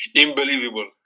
unbelievable